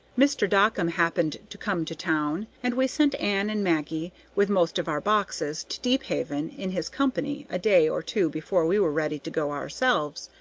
mr. dockum happened to come to town, and we sent ann and maggie, with most of our boxes, to deephaven in his company a day or two before we were ready to go ourselves,